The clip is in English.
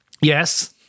yes